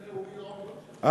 הנה הוא, השר אורי אורבך.